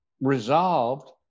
resolved